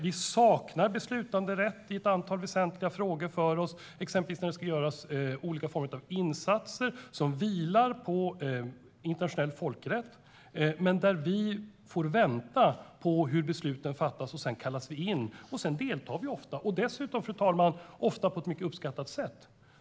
Vi saknar beslutanderätt i ett antal väsentliga frågor, exempelvis när det handlar om olika typer av insatser som vilar på internationell folkrätt. Men vi får vänta medan besluten fattas, och sedan kallas vi in och deltar i dessa övningar - dessutom ofta på ett mycket uppskattat sätt.